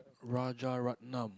Rajaratnam